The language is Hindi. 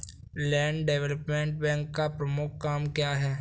लैंड डेवलपमेंट बैंक का प्रमुख काम क्या है?